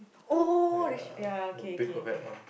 oh the sh~ ya okay okay okay